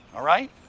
all right?